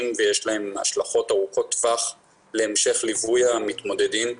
ויש להם השלכות ארוכות טווח להמשך ליווי המתמודדים.